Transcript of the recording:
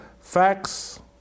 Facts